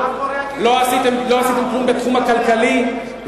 לא עשיתם כלום בתחום הכלכלי,